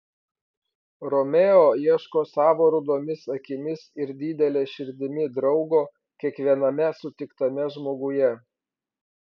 romeo ieško savo rudomis akimis ir didele širdimi draugo kiekviename sutiktame žmoguje